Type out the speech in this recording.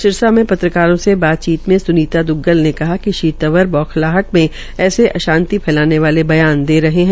सिरसा के पत्रकारों से बातचीत में स्नीता द्ग्गल ने कहा कि श्री तंवर बौखलाहट मे ऐसे अशांति फैलाने वाले बयान दे रहे है